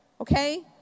okay